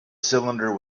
cylinder